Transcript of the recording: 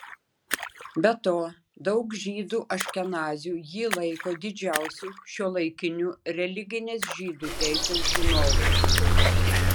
be to daug žydų aškenazių jį laiko didžiausiu šiuolaikiniu religinės žydų teisės žinovu